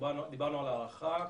דיברנו על הארכה,